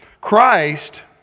Christ